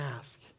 ask